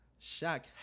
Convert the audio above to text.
Shaq